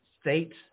states